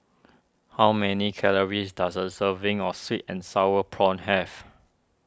how many calories does a serving of Sweet and Sour Prawns have